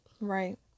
Right